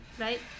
right